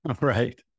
Right